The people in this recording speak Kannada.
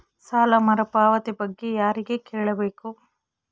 ಸಾಲ ಮರುಪಾವತಿ ಬಗ್ಗೆ ಯಾರಿಗೆ ಕೇಳಬೇಕು?